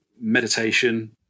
meditation